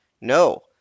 No